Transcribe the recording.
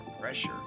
pressure